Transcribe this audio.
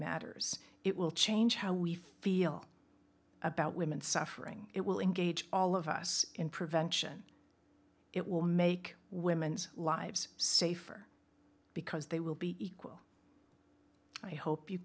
matters it will change how we feel about women suffering it will engage all of us in prevention it will make women's lives safer because they will be equal i hope you